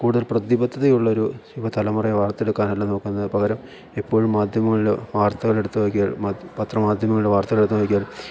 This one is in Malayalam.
കൂടുതൽ പ്രതിബദ്ധതയുള്ളൊരു യുവതലമുറയെ വാർത്തെടുക്കാനല്ല നോക്കുന്നത് പകരം എപ്പോഴും മാധ്യമങ്ങളിൽ വാർത്തകൾ എടുത്തു നോക്കിയാൽ പത്ര മാധ്യമങ്ങളിൽ വാർത്തകൾ എടുത്തു നോക്കിയാൽ